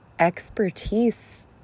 expertise